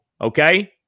okay